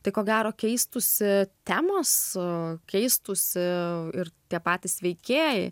tai ko gero keistųsi temos keistųsi ir tie patys veikėjai